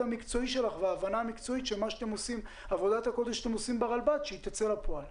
המקצועי שלך וההבנה המקצועית שעבודת הקודש שאתם עושים ברלב"ד תצא לפועל.